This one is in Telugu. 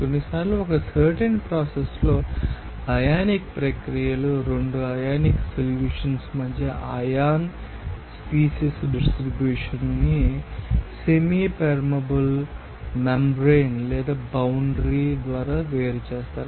కొన్నిసార్లు ఒక సెర్టెన్ ప్రాసెస్ లో అయానిక్ ప్రక్రియలు 2 అయానిక్ సొల్యూషన్స్ మధ్య అయాన్ స్పీసీస్ డిస్ట్రిబ్యూషన్ ని సెమీ పేర్మబుల్ మెంబ్రేన్ లేదా బౌండ్రి ద్వారా వేరు చేస్తాయి